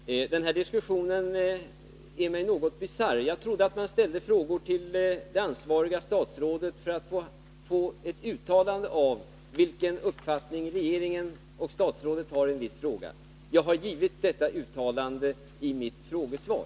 Herr talman! Den här diskussionen är mig något bisarr. Jag trodde att man ställde frågor till det ansvariga statsrådet för att få ett uttalande om vilken uppfattning regeringen och statsrådet har i en viss fråga. Jag har gjort ett sådant uttalande i mitt frågesvar.